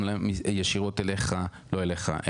גם ישירות אליך לא אליך,